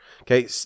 Okay